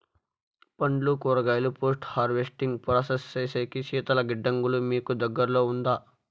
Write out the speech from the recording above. పండ్లు కూరగాయలు post harvesting process సేసేకి శీతల గిడ్డంగులు మీకు దగ్గర్లో ఉందా?